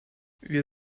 wir